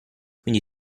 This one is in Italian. quindi